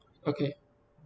okay